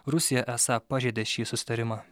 rusija esą pažeidė šį susitarimą